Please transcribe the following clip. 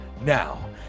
Now